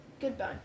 Goodbye